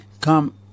come